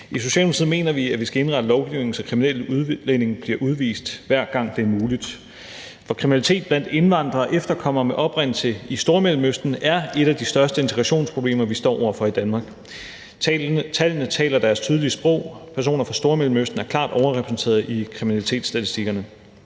I Socialdemokratiet mener vi, at man skal indrette lovgivningen, så kriminelle udlændinge bliver udvist, hver gang det er muligt. For kriminalitet blandt indvandrere og efterkommere med oprindelse i Stormellemøsten er et af de største integrationsproblemer, vi står over for i Danmark. Tallene taler deres tydelige sprog; personer fra Stormellemøsten er klart overrepræsenteret i kriminalitetsstatistikkerne.